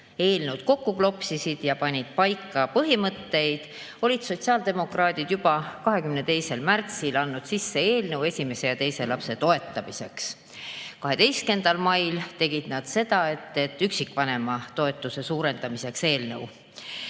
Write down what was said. eelnõu kokku klopsisid ja panid paika põhimõtteid, olid sotsiaaldemokraadid juba 22. märtsil andnud sisse eelnõu esimese ja teise lapse toetamiseks. 12. mail tegid nad üksikvanema toetuse suurendamiseks eelnõu.